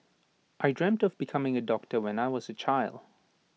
I dreamt of becoming A doctor when I was A child